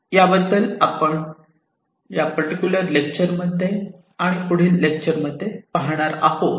याबद्दल आपण या पर्टिक्युलर लेक्चर मध्ये आणि पुढील लेक्चर मध्ये हे पाहणार आहोत